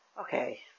okay